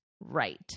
right